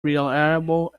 reliable